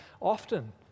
often